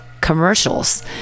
commercials